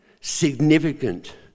Significant